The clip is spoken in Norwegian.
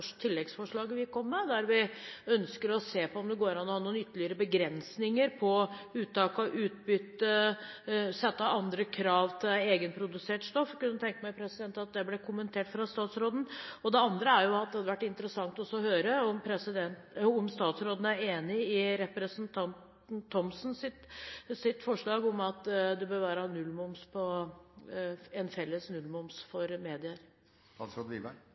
det tilleggsforslaget vi kom med, der vi ønsker å se på om det går an å ha ytterligere begrensninger på uttak av utbytte, og sette andre krav til egenprodusert stoff. Jeg kunne tenkt meg at det ble kommentert fra statsråden. Det andre er at det hadde vært interessant å høre om statsråden er enig i representanten Thomsens forslag om at det bør være en felles nullmoms for